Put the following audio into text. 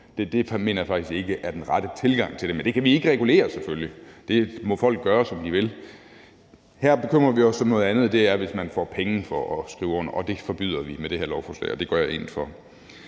jeg faktisk ikke er den rette tilgang til det. Men det kan vi selvfølgelig ikke regulere. Det må folk gøre, som de vil. Her bekymrer vi os om noget andet, og det er, hvis man får penge for at skrive under. Det forbyder vi med det her lovforslag, og det går jeg ind for.